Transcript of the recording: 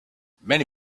many